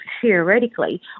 theoretically